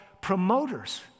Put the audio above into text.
promoters